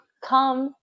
come